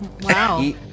Wow